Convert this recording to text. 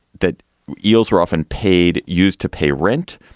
that eels were often paid used to pay rent.